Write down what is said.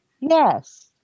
Yes